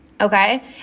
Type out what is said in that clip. okay